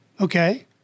okay